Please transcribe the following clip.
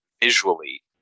visually